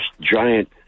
giant